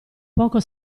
poco